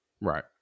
Right